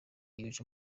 yuje